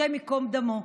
השם ייקום דמו.